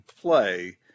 play